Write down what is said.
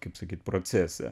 kaip sakyt procese